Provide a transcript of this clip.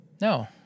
No